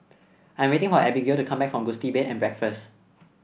I'm waiting for Abigale to come back from Gusti Bed and Breakfast